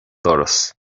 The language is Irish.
doras